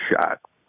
shot